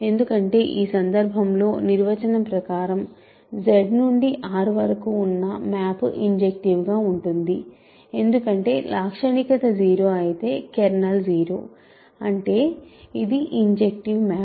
ఎందుకంటే ఈ సందర్భంలో నిర్వచనం ప్రకారం Z నుండి R వరకు ఉన్న మ్యాప్ ఇంజెక్టివ్గా ఉంటుంది ఎందుకంటే లాక్షణికత 0 అయితే కెర్నల్ 0 అంటే ఇది ఇంజెక్టివ్ మ్యాప్